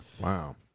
Wow